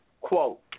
Quote